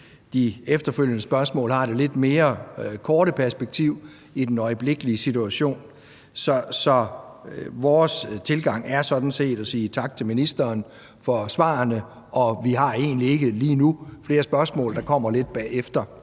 de efterfølgende spørgsmål har det lidt mere korte perspektiv i forhold til den øjeblikkelige situation. Så vores tilgang er sådan set at sige tak til ministeren for svarene, og vi har egentlig ikke lige nu flere spørgsmål – der kommer nogle bagefter.